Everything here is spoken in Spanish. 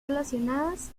relacionadas